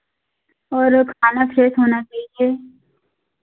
और खाना फ्रेस होना चाहिए